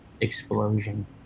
explosion